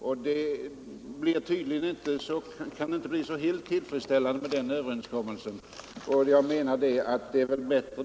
Den överenskommelsen är tydligen inte så helt tillfredsställande. Jag menar därför att det då är bättre att tillsätta en utredning i frågan. Herr talman! Jag vidhåller mitt yrkande.